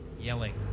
yelling